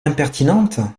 impertinente